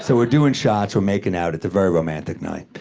so we're doing shots. we're making out. it's a very romantic night.